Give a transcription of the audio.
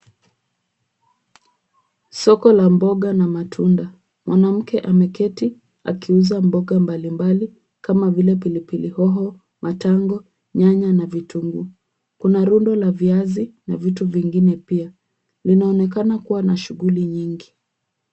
Soko la mboga na matunda. Mwanamke ameketi akiuza mboga mbalimbali kama vile pilipili hoho, matango, nyanya na vitunguu. Kuna rundo la viazi na vitu vingine pia. Vinaonekana kuwa na shughuli nyingi.